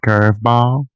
Curveball